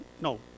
no